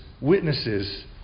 witnesses